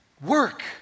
work